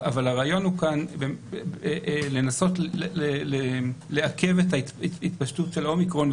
אבל הרעיון הוא כאן לנסות לעכב את ההתפשטות של האומיקרון,